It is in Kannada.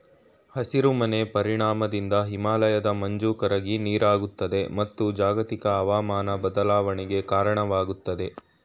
ಹಸಿರು ಮನೆ ಪರಿಣಾಮದಿಂದ ಹಿಮಾಲಯದ ಮಂಜು ಕರಗಿ ನೀರಾಗುತ್ತದೆ, ಮತ್ತು ಜಾಗತಿಕ ಅವಮಾನ ಬದಲಾವಣೆಗೆ ಕಾರಣವಾಗುತ್ತದೆ